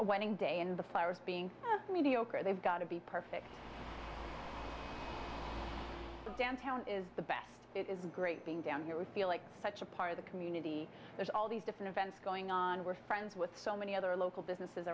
a wedding day and the flowers being mediocre they've got to be perfect the downtown is the best it is great being down here we feel like such a part of the community there's all these different events going on we're friends with so many other local businesses